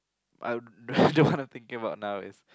I'll the one I'm thinking about now is